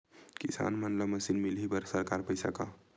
किसान मन ला मशीन मिलही बर सरकार पईसा का?